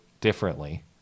differently